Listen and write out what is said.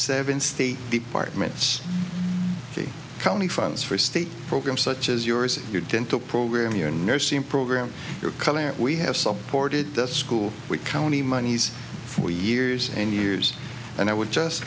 seven state departments county funds for state programs such as yours your dental program your nursing program your color we have supported the school with county monies for years and years and i would just